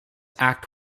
act